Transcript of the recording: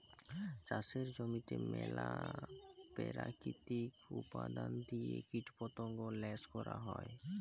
চাষের জমিতে ম্যালা পেরাকিতিক উপাদাল দিঁয়ে কীটপতঙ্গ ল্যাশ ক্যরা হ্যয়